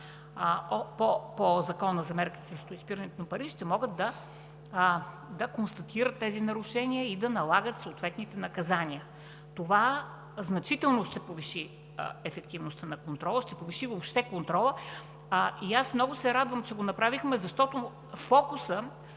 по Закона за мерките срещу изпирането на пари ще могат да констатират тези нарушения и да налагат съответните наказания. Това значително ще повиши ефективността на контрола, ще повиши въобще контрола и аз много се надявам, че го направихме, защото фокусът